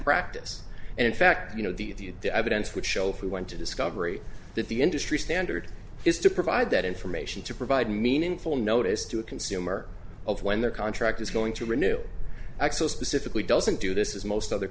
practice and in fact you know the evidence would show for went to discovery that the industry standard is to provide that information to provide meaningful notice to a consumer when their contract is going to renew access specifically doesn't do this as most other